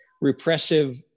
repressive